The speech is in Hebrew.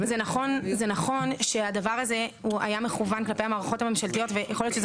זה נכון שהדבר הזה היה מכוון כלפי המערכות הממשלתיות ויכול להיות שזה